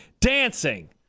dancing